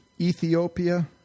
Ethiopia